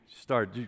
start